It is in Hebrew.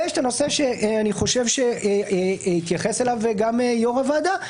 ויש הנושא שהתייחס אליו גם יושב-ראש הוועדה,